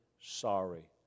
sorry